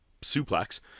suplex